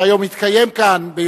היום התקיים כאן במשכן,